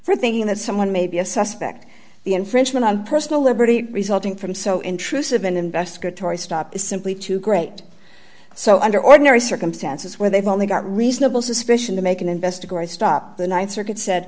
for thinking that someone may be a suspect the infringement on personal liberty resulting from so intrusive an investigatory stop is simply too great so under ordinary circumstances where they've only got reason a suspicion to make an investigatory stop the th circuit s